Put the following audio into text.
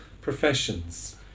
professions